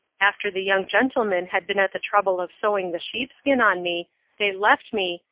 after the young gentlemen had been at the trouble of sewing the sheep-skin on me they left me,